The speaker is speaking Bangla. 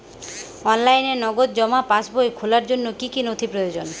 অনলাইনে নগদ জমা পাসবই খোলার জন্য কী কী নথি প্রয়োজন?